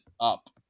up